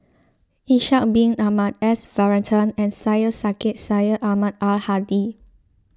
Ishak Bin Ahmad S Varathan and Syed Sheikh Syed Ahmad Al Hadi